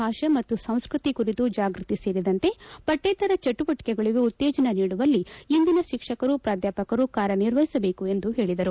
ಭಾಷೆ ಮತ್ತು ಸಂಸ್ಕೃತಿ ಕುರಿತು ಜಾಗೃತಿ ಸೇರಿದಂತೆ ಪಠ್ಯೇತರ ಚಟುವಟಕಗಳಗೂ ಉತ್ತೇಜನ ನೀಡುವಲ್ಲಿ ಇಂದಿನ ಶಿಕ್ಷಕರು ಪ್ರಾಧ್ವಾಪಕರು ಕಾರ್ಯನಿರ್ವಹಿಸಬೇಕು ಎಂದು ಹೇಳಿದರು